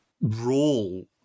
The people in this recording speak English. role